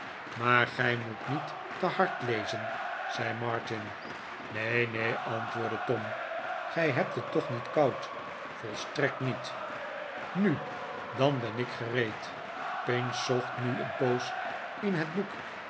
maar gij moet niet te hard lezen zei martin neen neen antwoordde tom gij hebt het toch niet koud volstrekt niet nu dan ben ik gereed pinch zocht nu een poos in het boek